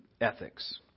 ethics